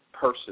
person